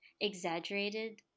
exaggerated